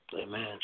Amen